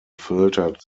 filtered